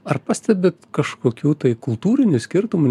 ar pastebit kažkokių tai kultūrinių skirtumų